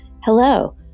Hello